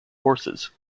horses